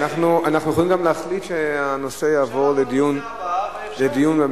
אנחנו יכולים גם להחליט שהנושא יעבור לדיון במליאה.